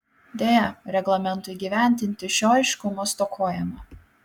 deja reglamentui įgyvendinti šio aiškumo stokojama